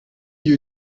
gli